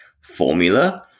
formula